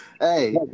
Hey